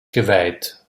geweiht